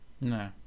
No